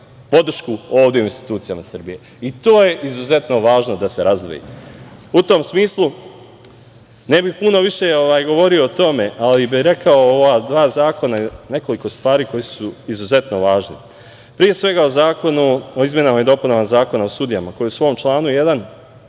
podršku ovde u institucijama Srbije i to je izuzetno važno da se razdvoji.U tom smislu, ne bih puno više govorio o tome, ali bih rekao o ova dva zakona nekoliko stvari koje su izuzetno važne. Pre svega, Zakon o izmenama i dopunama Zakona o sudijama koji u svom članu 1.